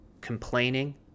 complaining